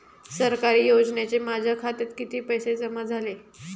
सरकारी योजनेचे माझ्या खात्यात किती पैसे जमा झाले?